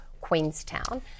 Queenstown